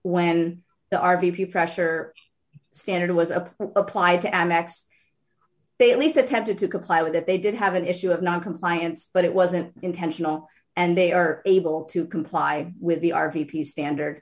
when the r v pressure standard was applied to m x they at least attempted to comply with that they did have an issue of noncompliance but it wasn't intentional and they are able to comply with the